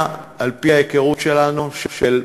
על-פי ההיכרות שלנו, של,